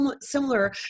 similar